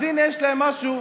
אז הינה יש להם משהו,